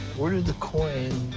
where did the coin